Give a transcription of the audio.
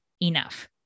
enough